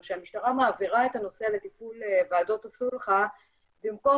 או שהמשטרה מעבירה את הנושא לטיפול ועדות הסולחה במקום